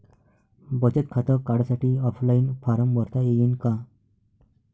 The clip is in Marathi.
बचत खातं काढासाठी ऑफलाईन फारम भरता येईन का?